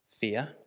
fear